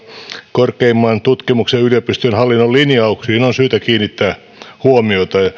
korkeimman tutkimuksen yliopistojen hallinnon linjauksiin on syytä kiinnittää huomiota